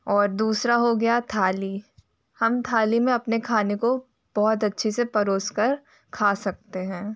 और दूसरा हो गया थाली हम थाली में अपने खाने को बहुत अच्छे से परोसकर खा सकते हैं